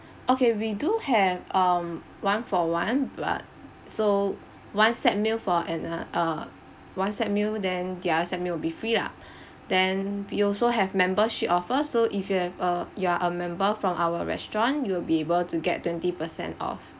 okay we do have um one for one but so one set meal for an a uh one set meal then the other set meal will be free lah then we also have membership offer so if you have a you're a member from our restaurant you will be able to get twenty percent off